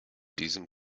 diesem